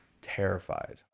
terrified